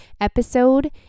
episode